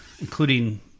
including